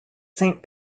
saint